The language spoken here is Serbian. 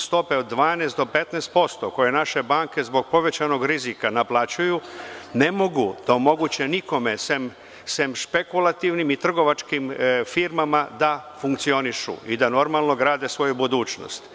Stope od 12 do 15% kojenaše banke, zbog povećanog rizika, naplaćuju, ne mogu da omoguće nikome, sem špekulativnim i trgovačkim firmama, da funkcionišu i da normalno grade svoju budućnost.